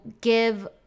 give